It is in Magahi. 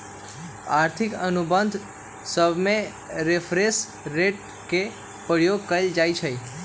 आर्थिक अनुबंध सभमें रेफरेंस रेट के प्रयोग कएल जाइ छइ